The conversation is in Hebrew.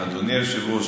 אדוני היושב-ראש,